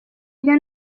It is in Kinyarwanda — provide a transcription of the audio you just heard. bwe